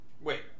wait